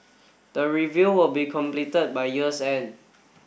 the review will be completed by year's end